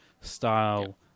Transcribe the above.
style